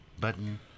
button